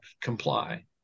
comply